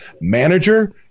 manager